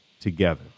together